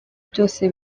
byose